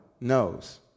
knows